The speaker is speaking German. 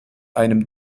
einem